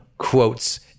quotes